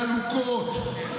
לעלוקות,